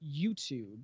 YouTube